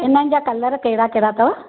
हिननि जा कलर कहिड़ा कहिड़ा अथव